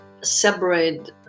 separate